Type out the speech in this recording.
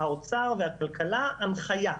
האוצר והכלכלה הנחייה.